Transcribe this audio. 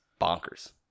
bonkers